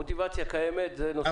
המוטיבציה קיימת, זה נושא חשוב.